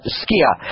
skia